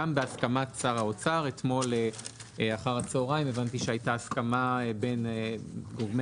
גם בהסכמת שר האוצר."; אתמול אחר הצהריים הבנתי שהייתה הסכמה בין גורמי